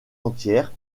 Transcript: entières